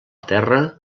terra